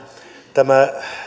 tämä